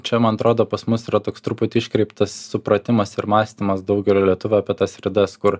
čia man atrodo pas mus yra toks truputį iškreiptas supratimas ir mąstymas daugelio lietuvių apie tas ridas kur